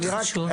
מאוד חשוב.